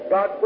God